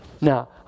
Now